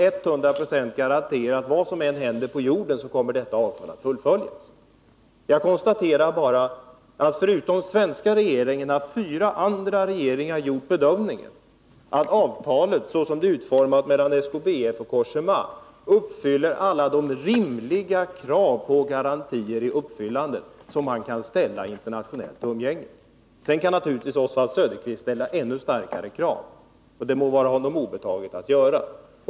Nr 146 100 26 garantera att vad som än händer på jorden, så kommer avtalet ändå att Onsdagen den fullföljas. Jag konstaterar att förutom svenska regeringen har fyra andra 20 maj 1981 regeringar gjort bedömningen att avtalet, såsom det är utformat mellan SKBF och Cogéma, tillgodoser alla de rimliga krav på garantier i Granskning av uppfyllandet som man kan ställa i internationellt umgänge. Sedan kan naturligtvis Oswald Söderqvist ställa ännu starkare krav. Det må vara honom obetaget att göra det.